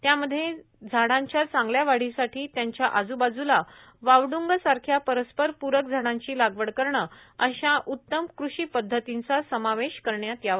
त्यामध्ये झाडांच्या चांगल्या वाढीसाठी त्यांच्या आजूबाजूला वावडूंग सारख्या परस्पर पूरक झाडांची लागवड करणं अशा उत्तम कृषी पध्दतींचा समावेश करण्यात यावा